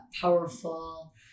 powerful